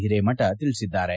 ಓರೇಮಠ ತಿಳಿಸಿದ್ದಾರೆ